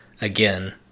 again